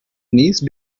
niece